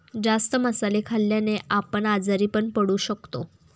जास्त मसाले खाल्ल्याने आपण आजारी पण पडू शकतो